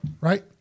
Right